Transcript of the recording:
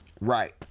Right